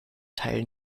teil